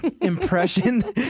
impression